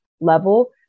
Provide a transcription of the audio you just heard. level